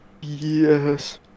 yes